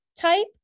type